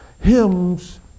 hymns